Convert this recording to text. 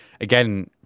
again